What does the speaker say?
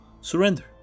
surrender